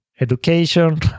education